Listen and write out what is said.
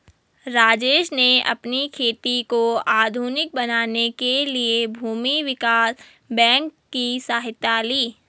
राजेश ने अपनी खेती को आधुनिक बनाने के लिए भूमि विकास बैंक की सहायता ली